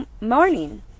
morning